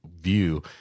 view